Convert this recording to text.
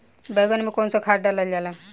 बैंगन में कवन सा खाद डालल जाला?